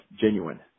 genuine